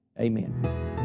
Amen